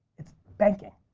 it's banking,